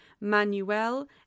Manuel